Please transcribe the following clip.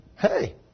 Hey